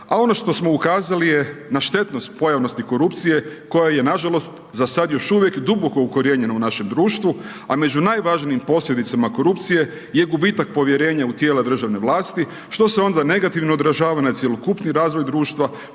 a ono što smo ukazali je na štetnost pojavnosti korupcije, koja je nažalost, za sad još uvijek duboko ukorijenjena u našem društvu, a među najvažnijim posljedicama korupcije je gubitak povjerenja u tijela državne vlasti, što se onda negativno odražava na cjelokupni razvoj društva,